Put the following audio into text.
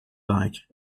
like